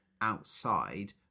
outside